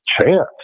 chance